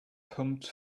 pumped